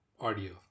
audio